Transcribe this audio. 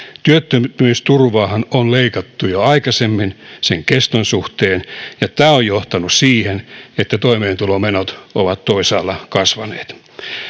työttömyysturvaahan on leikattu jo aikaisemmin sen keston suhteen ja tämä on johtanut siihen että toimeentulotukimenot ovat toisaalla kasvaneet